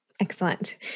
Excellent